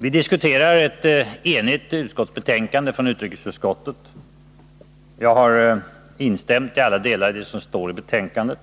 Vi diskuterar ett enigt utskottsbetänkande från utrikesutskottet. Jag har instämt till alla delar i det som står i betänkandet.